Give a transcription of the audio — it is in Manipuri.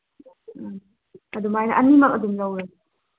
ꯎꯝ ꯑꯗꯨꯃꯥꯏꯅ ꯑꯅꯤꯃꯛ ꯑꯗꯨꯝ ꯂꯧꯔꯒꯦ